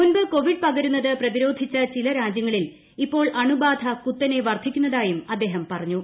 മുമ്പ് കോവിഡ് പകരുന്നത് പ്രതിരോധിച്ച ചില രാജൃങ്ങളിൽ ഇപ്പോൾ അണുബാധ കുത്തനെ വർദ്ധിക്കുന്നതായും അദ്ദേഹം പറഞ്ഞു